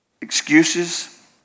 excuses